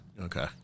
Okay